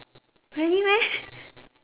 really meh